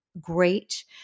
great